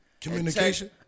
Communication